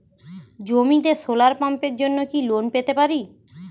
জমিতে সোলার পাম্পের জন্য কি লোন পেতে পারি?